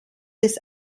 des